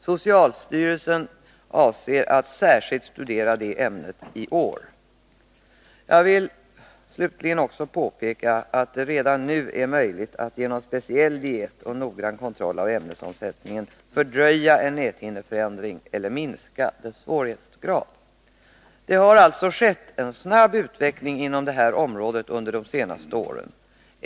Socialstyrelsen avser att särskilt studera detta ämne i år. Jag vill slutligen också peka på att det redan nu är möjligt att genom speciell diet och noggrann kontroll av ämnesomsättningen fördröja en näthinneförändring eller minska dess svårighetsgrad. Det har alltså skett en snabb utveckling inom detta område under de senaste åren.